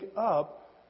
up